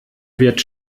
wird